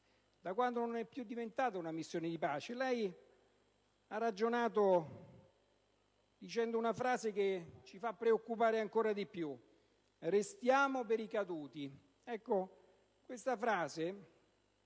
da quando non è più diventata una missione di pace. Lei ha ragionato pronunciando una frase che ci fa preoccupare ancora di più: «Restiamo per i caduti».